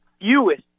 fewest